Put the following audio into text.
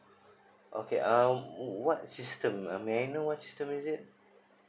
okay um what system uh may I know what system is it